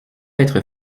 être